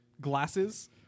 glasses